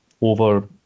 over